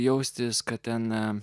jaustis kad ten